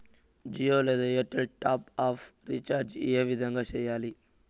జియో లేదా Airtel top up recharge ఏ విధంగా సేయాలి